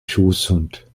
schoßhund